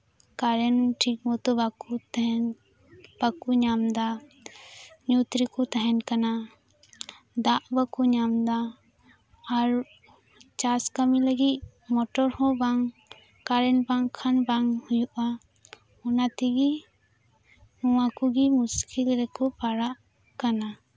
current ᱴᱷᱤᱠ ᱢᱚᱛᱳ ᱵᱟᱠᱚ ᱛᱟᱦᱮᱱ ᱵᱟᱠᱚ ᱧᱟᱢᱫᱟ ᱧᱩᱛ ᱨᱮᱠᱚ ᱛᱟᱦᱮᱱ ᱠᱟᱱᱟ ᱫᱟᱜ ᱵᱟᱠᱚ ᱧᱟᱢ ᱫᱟ ᱟᱨ ᱪᱟᱥ ᱠᱟᱹᱢᱤ ᱞᱟᱹᱜᱤᱫ ᱢᱚᱴᱚᱨ ᱦᱚᱸ ᱵᱟᱝ ᱠᱟᱨᱮᱱᱴ ᱵᱟᱝᱠᱷᱟᱱ ᱵᱟᱝ ᱦᱩᱭᱩᱜᱼᱟ ᱚᱱᱟ ᱛᱮᱜᱮ ᱱᱚᱣᱟ ᱠᱚᱜᱮ ᱢᱩᱥᱠᱤᱞ ᱨᱮᱠᱚ ᱯᱟᱲᱟᱜ ᱠᱟᱱᱟ